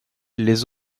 les